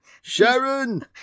Sharon